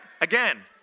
Again